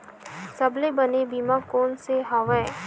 सबले बने बीमा कोन से हवय?